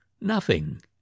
Nothing